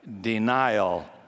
Denial